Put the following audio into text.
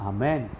Amen